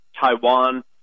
Taiwan